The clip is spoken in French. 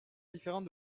différent